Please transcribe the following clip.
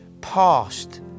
past